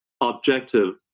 objective